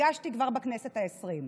הגשתי כבר בכנסת העשרים.